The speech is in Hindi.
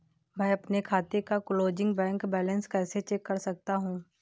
मैं अपने खाते का क्लोजिंग बैंक बैलेंस कैसे चेक कर सकता हूँ?